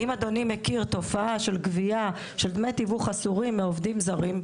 אם אדוני מכיר תופעה של גבייה של דמי תיווך אסורים מעובדים זרים,